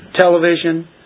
television